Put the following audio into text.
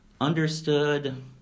understood